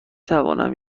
توانم